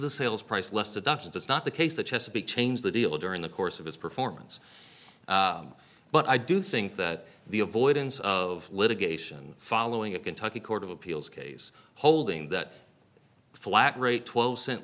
the sales price less deductions it's not the case the chesapeake changed the deal during the course of his performance but i do think that the avoidance of litigation following a kentucky court of appeals case holding that flat rate twelve cent